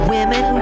Women